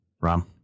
Ram